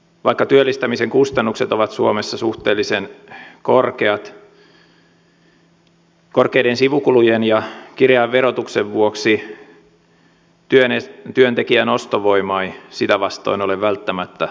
vaikka työllistämisen kustannukset ovat suomessa suhteellisen korkeat korkeiden sivukulujen ja kireän verotuksen vuoksi työntekijän ostovoima ei sitä vastoin ole välttämättä erityisen korkea